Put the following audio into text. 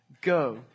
go